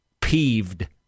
peeved